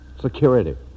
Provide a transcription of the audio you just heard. Security